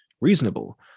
reasonable